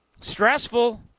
Stressful